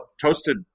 toasted